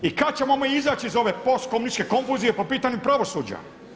I kada ćemo mi izaći iz ove postkomunističke konfuzije po pitanju pravosuđa?